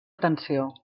atenció